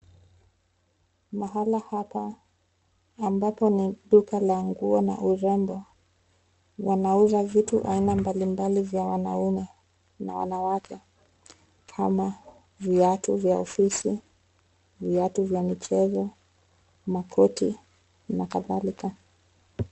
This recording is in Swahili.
Mahali hapa, ambapo ni duka la nguo na urembo, wanauza vitu aina mbalimbali vya wanaume na wanawake kama viatu vya ofisi, viatu vya michezo, makoti, na kadhalika.